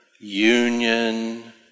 union